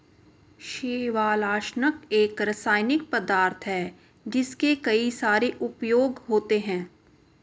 शैवालनाशक एक रासायनिक पदार्थ है जिसके कई सारे उपयोग होते हैं